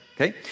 okay